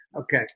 Okay